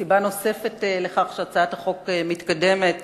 סיבה נוספת לכך שהצעת החוק מתקדמת